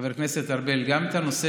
חבר הכנסת ארבל, גם את הנושא